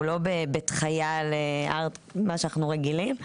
שהוא לא בית חייל מה שאנחנו רגילים,